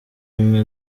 umwe